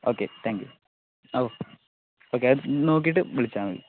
okay thank you okay നോക്കിയിട്ട് വിളിച്ചാൽ മതി